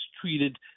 treated